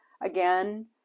again